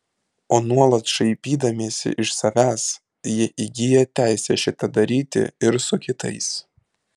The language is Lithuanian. o nuolat šaipydamiesi iš savęs jie įgyja teisę šitą daryti ir su kitais